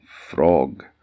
frog